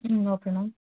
ம் okay ma'am